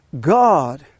God